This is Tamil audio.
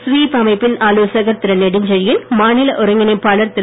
ஸ்வீப் அமைப்பின் ஆலோசகர் திரு நெடுஞ்செழியன் மாநில ஒருங்கிணைப்பாளர் திரு